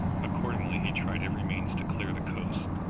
accordingly he tried every means to clear the coast,